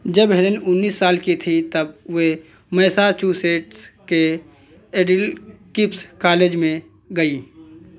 जब हेलेन उन्नीस साल की थीं तब वह मैसाचुसेट्स के एडविल किप्स कॉलेज में गईं